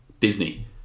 Disney